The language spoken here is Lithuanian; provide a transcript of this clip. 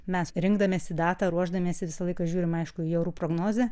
mes rinkdamiesi datą ruošdamiesi visą laiką žiūrim aišku į orų prognozę